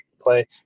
play